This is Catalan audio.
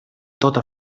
tota